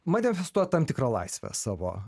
manifestuot tam tikrą laisvę savo